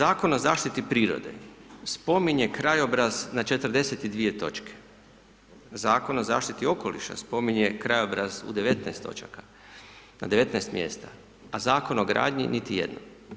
Dakle, Zakon o zaštiti prirode spominje krajobraz na 42.-je točke, Zakon o zaštiti okoliša spominje krajobraz u 19 točaka, na 19 mjesta, a Zakon o gradnji, niti jedno.